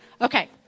Okay